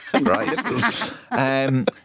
right